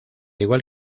igual